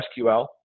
SQL